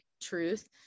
truth